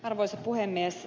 arvoisa puhemies